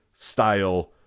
Style